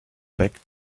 back